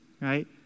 right